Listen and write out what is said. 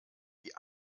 die